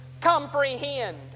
comprehend